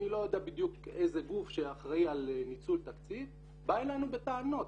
אני לא יודע בדיוק איזה גוף שאחראי על ניצול תקציב בא אלינו בטענות,